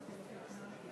של חבר הכנסת דב חנין.